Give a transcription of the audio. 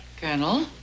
Colonel